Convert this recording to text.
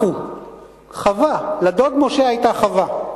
אחו, חווה, לדוד משה היתה חווה.